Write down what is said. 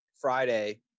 Friday